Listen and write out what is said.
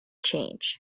change